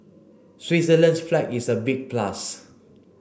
Switzerland's flag is a big plus